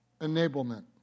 enablement